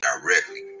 directly